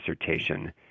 dissertation